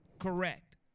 correct